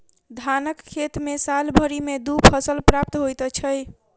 धानक खेत मे साल भरि मे दू फसल प्राप्त होइत छै